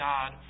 God